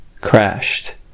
crashed